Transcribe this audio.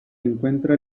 encuentra